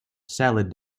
salad